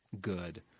good